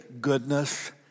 goodness